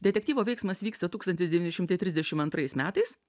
detektyvo veiksmas vyksta tūkstantis devyni šimtai trisdešim antrais metais